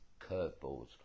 curveballs